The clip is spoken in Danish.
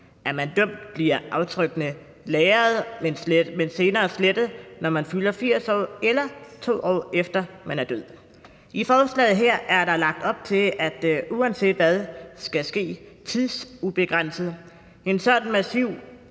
Er man dømt, bliver aftrykkene lageret, men senere slettet, når man fylder 80 år, eller 2 år efter man er død. I forslaget her er der lagt op til, at uanset hvad, så skal opbevaring ske tidsubegrænset. En sådan massiv